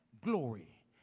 glory